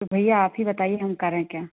तो भैया आप ही बताइए हम करें क्या